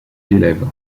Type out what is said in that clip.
élèves